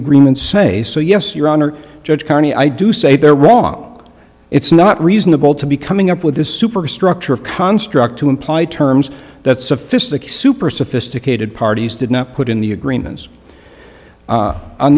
agreements say so yes your honor judge carney i do say they're wrong it's not reasonable to be coming up with this superstructure of construct to imply terms that sophistic super sophisticated parties did not put in the agreements